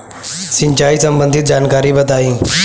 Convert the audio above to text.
सिंचाई संबंधित जानकारी बताई?